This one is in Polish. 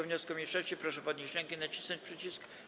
wniosku mniejszości, proszę podnieść rękę i nacisnąć przycisk.